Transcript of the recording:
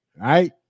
right